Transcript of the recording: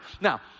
Now